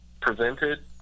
presented